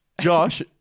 Josh